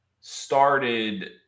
started